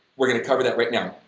we're gonna cover that right now.